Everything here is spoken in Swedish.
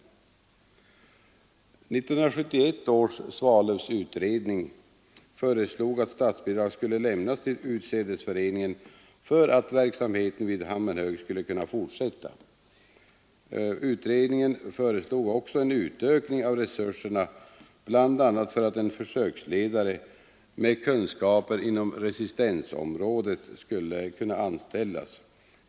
1971 års Svalövsutredning föreslog att statsbidrag skulle lämnas till utsädesföreningen för att verksamheten vid Hammenhög skulle kunna fortsätta. Utredningen föreslog också en utökning av resurserna, bl.a. för att en försöksledare med kunskaper inom resistensområdet skulle kunna anställas.